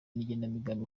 n’igenamigambi